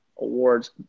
award's